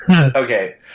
Okay